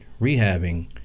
rehabbing